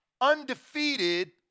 undefeated